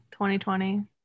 2020